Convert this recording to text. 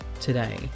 today